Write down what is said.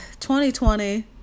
2020